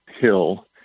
hill